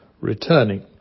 returning